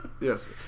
Yes